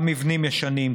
גם מבנים ישנים,